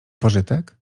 pożytek